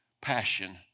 passion